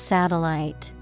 Satellite